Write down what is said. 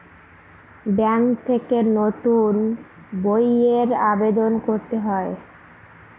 bank থেকে নতুন বইয়ের আবেদন করতে হয়